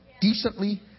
decently